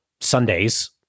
Sundays